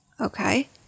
Okay